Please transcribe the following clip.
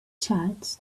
church